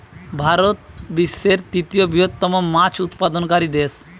ভারত বিশ্বের তৃতীয় বৃহত্তম মাছ উৎপাদনকারী দেশ